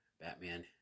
Batman